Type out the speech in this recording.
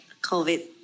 covid